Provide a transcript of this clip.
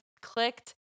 clicked